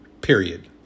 period